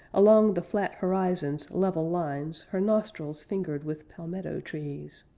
along the flat horizon's level lines her nostrils fingered with palmetto trees.